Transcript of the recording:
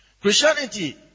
Christianity